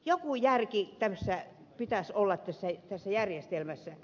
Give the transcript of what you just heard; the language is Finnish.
joku järki tämmöisessä pitäisi olla tässä järjestelmässä